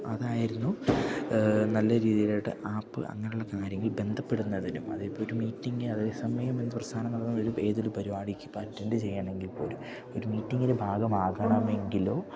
അതായിരുന്നു നല്ല രീതിയിലായിട്ട് ആപ്പ് അങ്ങനെയുള്ള കാര്യങ്ങൾക്ക് ബന്ധപ്പെടുന്നതിനും അതിപ്പോള് ഒരു മീറ്റിങ് അതായത് എസ് എം വൈ എമ്മെന്ന പ്രസ്ഥാനം ഒരു ഏതൊരു പരിപാടിക്ക് ഇപ്പോള് അറ്റൻഡ് ചെയ്യുകയാണെങ്കിൽപ്പോലും ഒരു മീറ്റിങ്ങിന് ഭാഗമാകണമെങ്കിലോ